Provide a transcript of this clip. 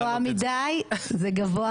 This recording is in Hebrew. זה גבוה מידי, זה גובל בבלתי אפשרי.